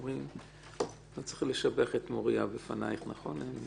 לא צריך לשבח את מוריה בפניך, נכון?